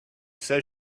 says